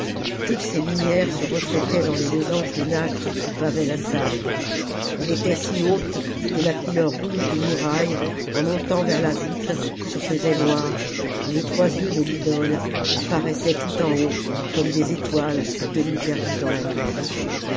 toutes ces lumières se reflétaient dans les losanges de nacre qui pavaient la salle elle était si haute que la couleur rouge des murailles en montant vers la voûte se faisait noire et les trois yeux de l'idole apparaissaient tout en haut comme des étoiles à demi perdues dans la nuit